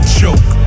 choke